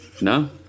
no